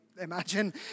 imagine